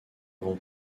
grands